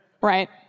right